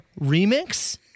remix